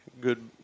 good